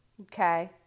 Okay